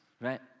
right